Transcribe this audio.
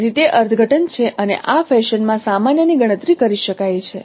તેથી તે અર્થઘટન છે અને આ ફેશનમાં સામાન્ય ની ગણતરી કરી શકાય છે